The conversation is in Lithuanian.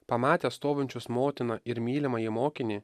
pamatęs stovinčius motiną ir mylimąjį mokinį